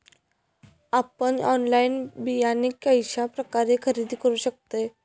आपन ऑनलाइन बियाणे कश्या प्रकारे खरेदी करू शकतय?